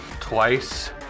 twice